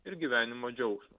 ir gyvenimo džiaugsmo